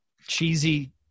cheesy